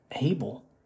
able